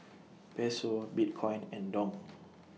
Peso Bitcoin and Dong